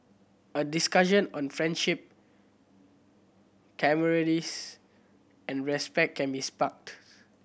a discussion on friendship camaraderie's and respect can be sparked